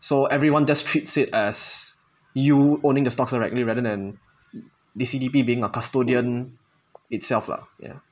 so everyone does treats it as you owing the stocks directly rather than the C_D_P being a custodian itself lah ya